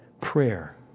Prayer